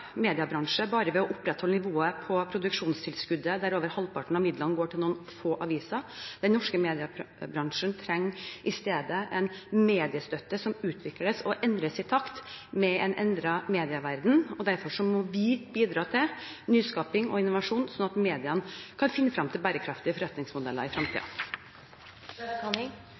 mediebransje bare ved å opprettholde nivået på produksjonstilskuddet, der over halvparten av midlene går til noen få aviser. Den norske mediebransjen trenger i stedet en mediestøtte som utvikles og endres i takt med en endret medieverden. Derfor må vi bidra til nyskaping og innovasjon, sånn at mediene kan finne frem til bærekraftige forretningsmodeller i